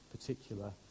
particular